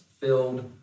filled